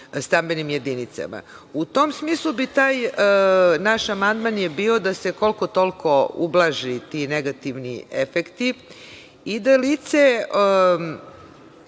stambenim jedinicama.U tom smislu, naš amandman je bio da se koliko toliko ublaže ti negativni efekti i da taj